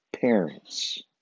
parents